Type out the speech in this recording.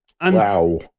Wow